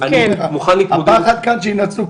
אז אני מעיר: הפחד כאן שינצלו,